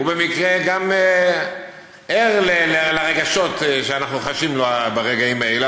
הוא במקרה גם ער לרגשות שאנחנו חשים ברגעים האלה,